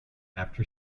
after